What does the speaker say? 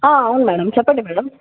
అవును మేడం చెప్పండి మేడం